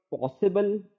possible